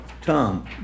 Tom